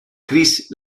chris